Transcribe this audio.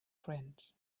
friend